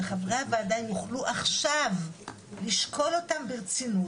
שחברי הוועדה יוכלו עכשיו לשקול אותן ברצינות